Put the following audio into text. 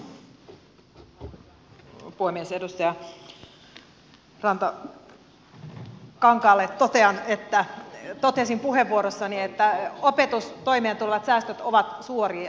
edustaja rantakankaalle totean että totesin puheenvuorossani että opetustoimeen tulevat säästöt ovat suuria